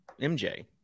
MJ